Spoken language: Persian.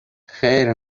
خیر